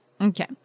Okay